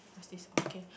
what's this oh okay